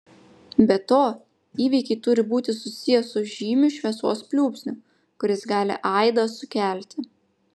be to įvykiai turi būti susiję su žymiu šviesos pliūpsniu kuris gali aidą sukelti